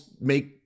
make